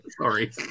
sorry